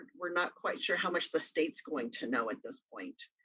we're not quite sure how much the state's going to know at this point.